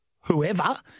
whoever